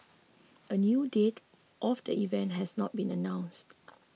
a new date of the event has not been announced